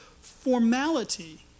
formality